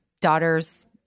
daughters